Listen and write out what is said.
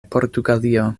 portugalio